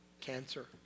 cancer